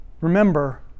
Remember